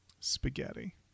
Spaghetti